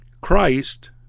Christ